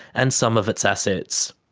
and some of its assets.